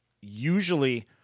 usually